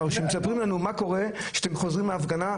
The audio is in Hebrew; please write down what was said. שמספרים לנו מה קורה כשאתם חוזרים מהפגנה,